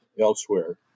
elsewhere